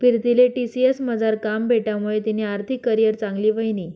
पीरतीले टी.सी.एस मझार काम भेटामुये तिनी आर्थिक करीयर चांगली व्हयनी